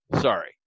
Sorry